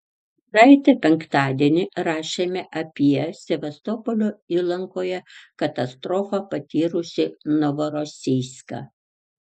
praeitą penktadienį rašėme apie sevastopolio įlankoje katastrofą patyrusį novorosijską